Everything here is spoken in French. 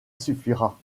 suffira